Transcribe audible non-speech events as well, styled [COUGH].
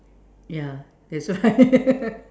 ya that's why [LAUGHS]